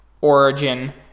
origin